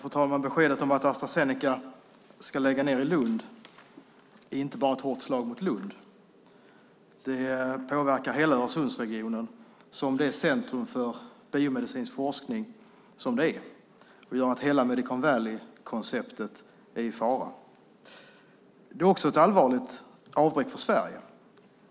Fru talman! Beskedet om att Astra Zeneca ska lägga ned i Lund är inte bara ett hårt slag mot Lund. Det påverkar hela Öresundsregionen som centrum för biomedicinsk forskning. Hela Medicon Valley-konceptet är i fara. Det är också ett allvarligt avbräck för Sverige